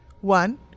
One